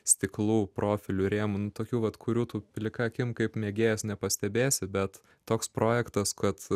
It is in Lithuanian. stiklų profilių rėmų nu tokių vat kurių tu plika akim kaip mėgėjas nepastebėsi bet toks projektas kad